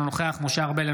אינו נוכח משה ארבל,